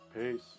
Peace